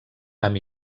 amb